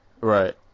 Right